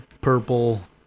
purple